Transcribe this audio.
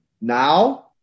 now –